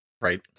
Right